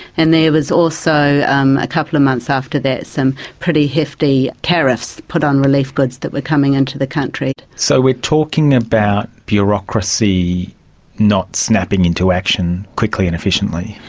and there was also um a couple of months after that some pretty hefty tariffs put on relief goods that were coming into the country. so we're talking about bureaucracy not snapping into action quickly and efficiently.